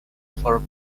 for